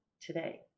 today